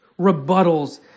rebuttals